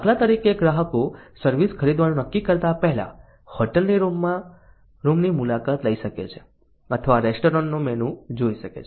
દાખલા તરીકે ગ્રાહકો સર્વિસ ખરીદવાનું નક્કી કરતા પહેલા હોટલના રૂમની મુલાકાત લઈ શકે છે અથવા રેસ્ટોરન્ટનું મેનુ જોઈ શકે છે